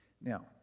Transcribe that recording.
Now